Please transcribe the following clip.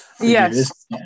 Yes